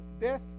death